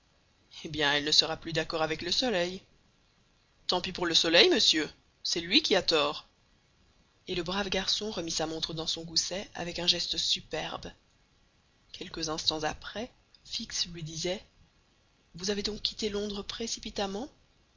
eh bien elle ne sera plus d'accord avec le soleil tant pis pour le soleil monsieur c'est lui qui aura tort et le brave garçon remit sa montre dans sou gousset avec un geste superbe quelques instants après fix lui disait vous avez donc quitté londres précipitamment